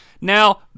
Now